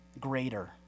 greater